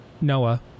Noah